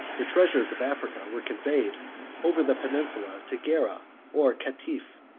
the treasures of africa were conveyed over the peninsula to gerrha or katif,